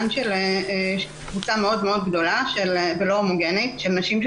על קבוצה מאוד מאוד גדולה ולא הומוגנית של נשים,